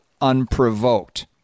unprovoked